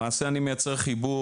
למעשה אני מייצר חיבור.